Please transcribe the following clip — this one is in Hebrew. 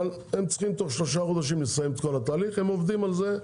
אבל הם צריכים תוך שלושה חודשים לסיים את כל התהליך הם עובדים על זה,